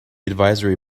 advisory